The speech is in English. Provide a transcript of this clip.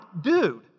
dude